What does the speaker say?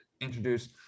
introduce